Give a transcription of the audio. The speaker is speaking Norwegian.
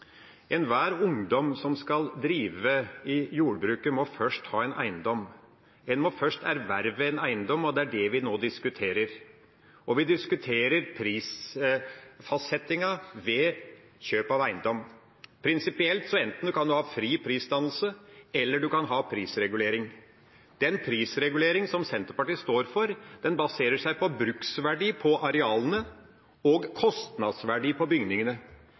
Enhver ungdom som skal drive i jordbruket, må først ha en eiendom. En må først erverve en eiendom, og det er det vi nå diskuterer. Vi diskuterer også prisfastsettinga ved kjøp av eiendom. Prinsipielt kan man enten ha fri prisdannelse eller ha prisregulering. Den prisregulering som Senterpartiet står for, baserer seg på bruksverdi av arealene og kostnadsverdi av bygningene.